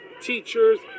teachers